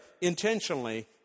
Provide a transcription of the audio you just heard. intentionally